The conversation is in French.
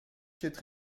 keith